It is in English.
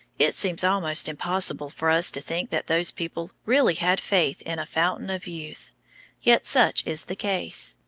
it seems almost impossible for us to think that those people really had faith in a fountain of youth yet such is the case.